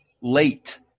late